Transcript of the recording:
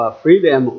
freedom